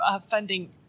funding